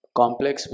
complex